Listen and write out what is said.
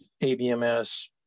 ABMS